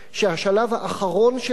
שהשלב האחרון שלה,